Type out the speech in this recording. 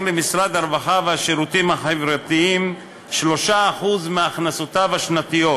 למשרד הרווחה והשירותים החברתיים 3% מהכנסותיו השנתיות